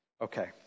Okay